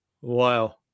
Wow